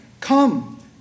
Come